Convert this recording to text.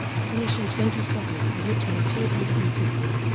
finishing twenty second at the richmond two hundred and fifty.